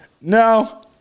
no